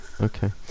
okay